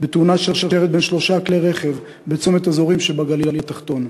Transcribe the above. בתאונת שרשרת בין שלושה כלי-רכב בצומת-הזורעים שבגליל התחתון,